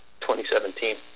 2017